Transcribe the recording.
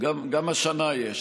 גם השנה יש.